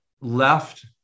left